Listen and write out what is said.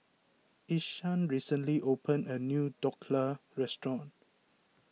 Ishaan recently opened a new Dhokla restaurant